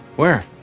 where,